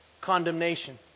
condemnation